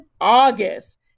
August